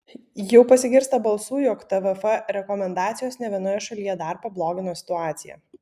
jau pasigirsta balsų jog tvf rekomendacijos ne vienoje šalyje dar pablogino situaciją